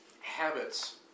Habits